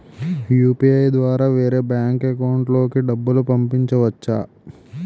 UPI ద్వారా వేరే bank account లోకి డబ్బులు పంపించవచ్చా?